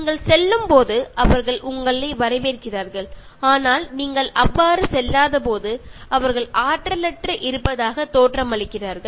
நீங்கள் செல்லும்போது அவர்கள் உங்களை வரவேற்கிறார்கள் ஆனால் நீங்கள் அவ்வாறு செல்லாத போது அவர்கள் ஆற்றலற்று இருப்பதாக தோற்றமளிக்கிறார்கள்